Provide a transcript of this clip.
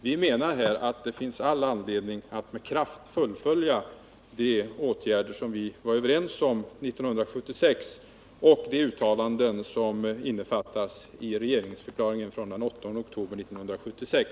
Vi menar att det finns all anledning att med kraft fullfölja de åtgärder som vi var överens om 1976 och att förverkliga de uttalanden som innefattas i regeringsförklaringen från den 8 oktober 1976.